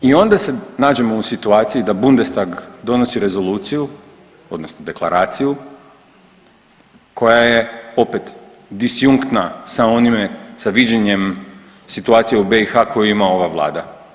I onda se nađemo u situaciji da Bundestag donosi rezoluciju odnosno deklaraciju koja je opet disjunktna sa onime, sa viđenjem situacije u BiH koju ima ova vlada.